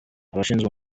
abashinzwe